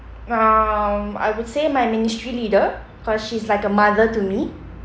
um I would say my ministry leader cause she's like a mother to me